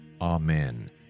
Amen